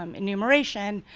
um innumeration,